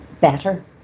better